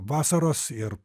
vasaros ir